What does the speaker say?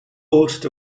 host